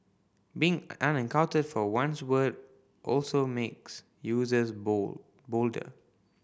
being unaccountable for one's word also makes users bold bolder